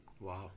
Wow